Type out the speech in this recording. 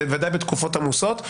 ודאי בתקופות עמוסות.